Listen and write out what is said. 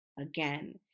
Again